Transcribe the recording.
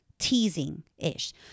Teasing-ish